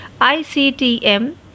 ICTM